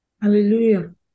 Hallelujah